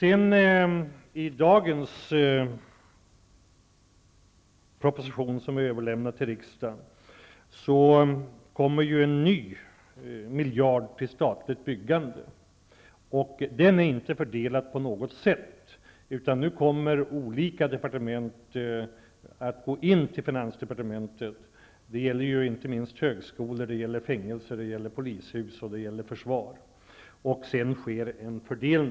I den proposition som i dag är överlämnad till riksdagen anslås en ny miljard till statligt byggande, och den är inte fördelad på något sätt, utan nu kommer olika departement att gå in till finansdepartementet, och sedan sker en fördelning. Detta anslag gäller inte minst högskolor, det gäller fängelser, det gäller polishus, och det gäller försvar.